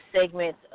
segment